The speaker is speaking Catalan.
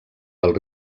del